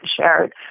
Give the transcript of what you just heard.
shared